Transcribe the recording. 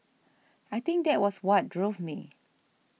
I think that was what drove me